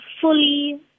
fully